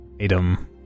item